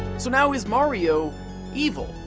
so now, is mario evil?